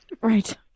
Right